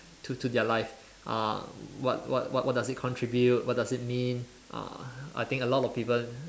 to to their life uh what what what does it contribute what does it mean uh I think a lot of people